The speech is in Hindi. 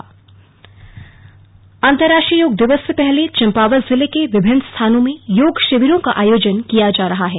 स्लग योग शिविर अंतरराष्ट्रीय योग दिवस से पहले चंपावत जिले के विभिन्न स्थानों में योग शिविरों का आयोजन किया जा रहा है